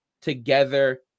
together